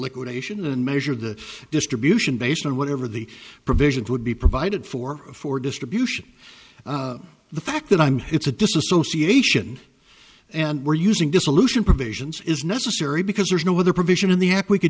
liquidation and measure the distribution based on whatever the provisions would be provided for for distribution the fact that i'm it's a disassociation and we're using dissolution provisions is necessary because there's no other provision in the act we can